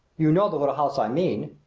you know the little house i mean?